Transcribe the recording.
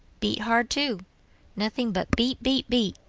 beat hard too nothing but beat, beat, beat.